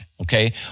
Okay